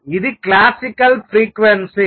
ఇది classical frequency